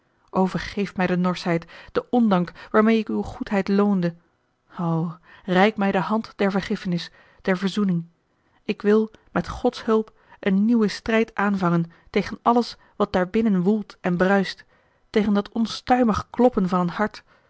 vergeef mij de norschheid den ondank waarmeê ik uwe goedheid loonde o reik mij de hand der vergiffenis der verzoening ik wil met gods hulp een nieuwen strijd aanvangen tegen alles wat daarbinnen woelt en bruist tegen dat onstuimig kloppen van een hart